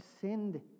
sinned